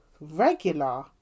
regular